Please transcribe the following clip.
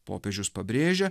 popiežius pabrėžia